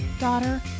daughter